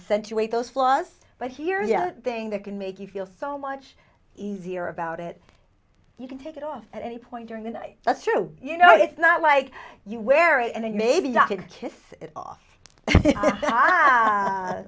sent to a those flaws but here you thing that can make you feel so much easier about it you can take it off at any point during the night that's true you know it's not like you wear it and maybe not kiss it off